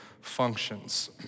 functions